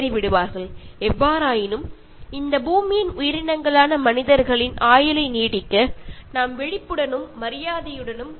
ഇനിയും ഒരുപാട് വർഷങ്ങൾ ഈ ഭൂമിയിൽ ജീവിക്കണമെങ്കിൽ നമുക്ക് നമ്മുടെ പ്രകൃതിയെ സംരക്ഷിച്ചു കൊണ്ടും ആദരിച്ചു കൊണ്ടും ഒക്കെ അത് സുരക്ഷിതമായിരിക്കാൻ സഹായിക്കേണ്ടതുണ്ട്